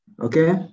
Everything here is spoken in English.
Okay